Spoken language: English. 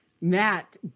Matt